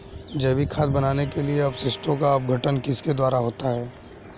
जैविक खाद बनाने के लिए अपशिष्टों का अपघटन किसके द्वारा होता है?